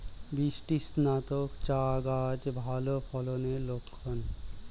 বৃষ্টিস্নাত চা গাছ ভালো ফলনের লক্ষন